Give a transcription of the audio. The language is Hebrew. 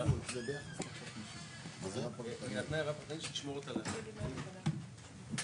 (היו"ר יעקב אשר)